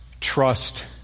trust